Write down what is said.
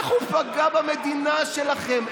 איך הוא פגע במדינה שלכם?